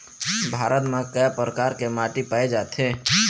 भारत म कय प्रकार के माटी पाए जाथे?